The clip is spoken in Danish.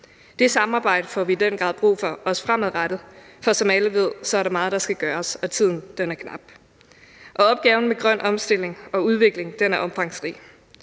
Det samarbejde får vi i den grad brug for også fremadrettet, for som alle ved, er der meget, der skal gøres, og tiden er knap, og opgaven med grøn omstilling og udvikling er omfangsrig.